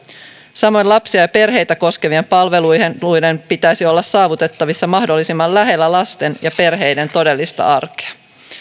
samoin lapsia ja perheitä koskevien palveluiden pitäisi olla saavutettavissa mahdollisimman lähellä lasten ja perheiden todellista arkea